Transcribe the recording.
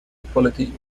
equality